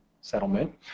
settlement